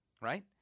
right